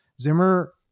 Zimmer